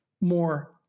more